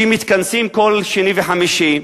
שמתכנסים כל שני וחמישי,